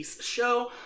Show